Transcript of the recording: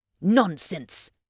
Nonsense